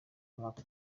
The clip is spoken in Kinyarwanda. mwaka